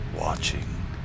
watching